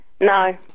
No